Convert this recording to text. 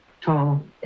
tall